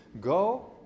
Go